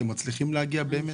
אתם מצליחים באמת להגיע?.